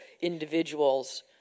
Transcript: individuals